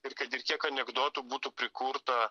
ir kad ir kiek anekdotų būtų prikurta